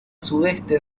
sudeste